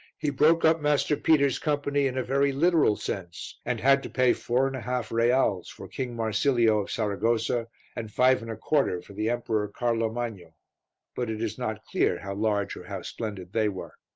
he broke up master peter's company in a very literal sense, and had to pay four and a half reals for king marsilio of saragossa and five and a quarter for the emperor carlo magno but it is not clear how large or how splendid they were.